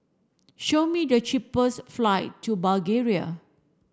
show me the cheapest flight to Bulgaria